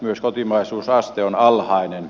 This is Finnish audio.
myös kotimaisuusaste on alhainen